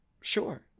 sure